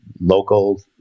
local